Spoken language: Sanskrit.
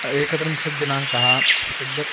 एकत्रिंशत् दिनाङ्कः फ़ेब्बर्